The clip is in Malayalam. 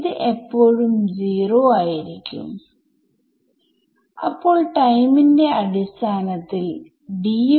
ഇതുവരെ നമ്മൾ എന്തെങ്കിലും നിയന്ത്രണങ്ങളോ രൂപകല്പന നിയമങ്ങളോ നൽകിയിട്ടില്ല